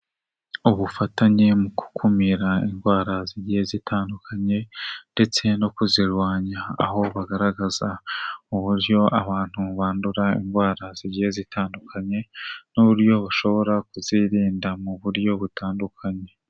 Ubufatanye mu gukumira indwara z'igihe zitandukanye ndetse no kuzirwanya, aho bagaragaza uburyo abantu bandura indwara zigiye zitandukanye n'uburyo bashobora kuzirinda mu buryo butandukanye.